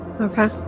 Okay